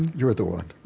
you're the one